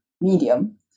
medium